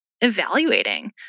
evaluating